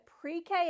Pre-K